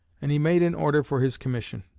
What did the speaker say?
and he made an order for his commission.